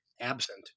absent